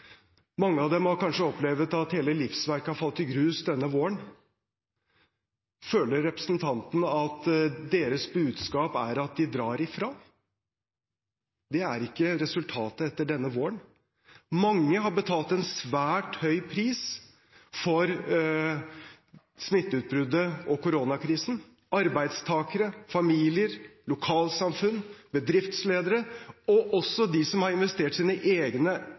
mange av dem kanskje har opplevd at hele livsverket har falt i grus denne våren, føler representanten at deres budskap er at de drar ifra? Det er ikke resultatet etter denne våren. Mange har betalt en svært høy pris for smitteutbruddet og koronakrisen – arbeidstakere, familier, lokalsamfunn, bedriftsledere – også de som har investert sine egne